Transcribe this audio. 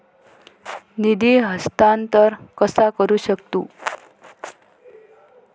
निधी हस्तांतर कसा करू शकतू?